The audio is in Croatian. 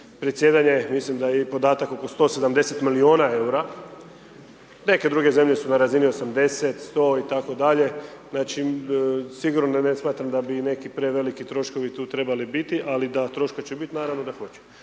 predsjedanje, mislim da je i podatak oko 170 milijuna eura. Neke druge zemlje su na razini 80, 100 itd., znači sigurno da ne smatram da bi neki preveliki troškovi tu trebali biti, ali da, troška će biti, naravno da hoće